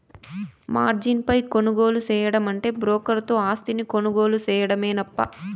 margin పై కొనుగోలు సేయడమంటే బ్రోకర్ తో ఆస్తిని కొనుగోలు సేయడమేనప్పా